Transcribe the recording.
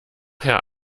herr